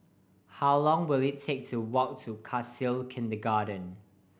how long will it take to walk to Khalsa Kindergarten